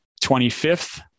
25th